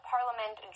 Parliament